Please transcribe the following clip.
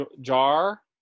jar